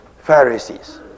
Pharisees